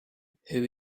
who